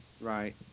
right